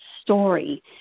story